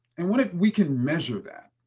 and what if we can measure that?